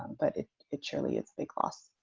but it surely it's the class.